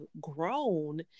grown